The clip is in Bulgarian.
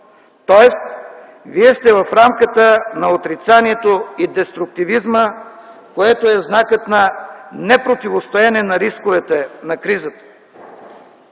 Тоест вие сте в рамката на отрицанието и деструктивизма, което е знакът на непротивостоене на рисковете на кризата.